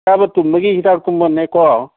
ꯆꯥꯕ ꯇꯨꯝꯕꯒꯤ ꯍꯤꯗꯥꯛꯇꯨꯃꯅꯦꯀꯣ